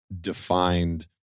defined